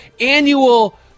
annual